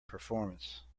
performance